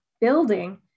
building